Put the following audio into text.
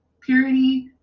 purity